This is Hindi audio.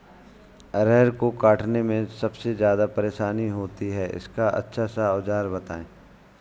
अरहर को काटने में सबसे ज्यादा परेशानी होती है इसका अच्छा सा औजार बताएं?